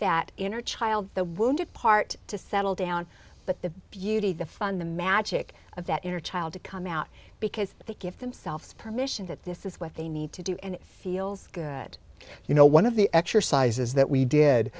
that inner child the wounded part to settle down but the beauty the fun the magic of that inner child to come out because they give themselves permission that this is what they need to do and it feels that you know one of the exercises that we did